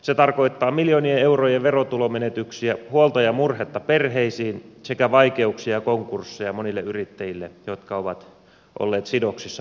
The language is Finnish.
se tarkoittaa miljoonien eurojen verotulomenetyksiä huolta ja murhetta perheisiin sekä vaikeuksia ja konkursseja monille yrittäjille jotka ovat olleet sidoksissa puolustusvoimiin